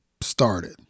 started